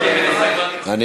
(תיקוני חקיקה), התשע"ה 2014, נתקבלה.